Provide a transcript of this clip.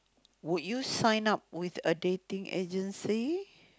would you sign up with a dating agency